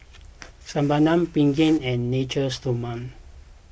Sebamed Pregain and Natura Stoma